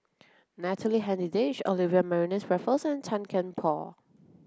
Natalie Hennedige Olivia Mariamne Raffles and Tan Kian Por